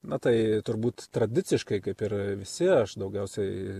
na tai turbūt tradiciškai kaip ir visi aš daugiausiai